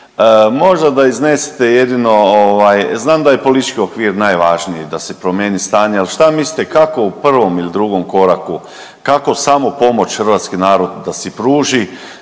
Možda da iznesete jedino, znam da je politički okvir najvažniji da se promijeni stanje, al šta mislite kako u prvom ili drugom koraku kako samopomoć hrvatski narod da si pruži